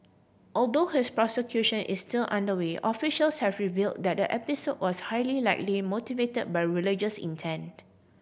although his prosecution is still underway officials have reveal that the episode was highly likely motivate by religious intent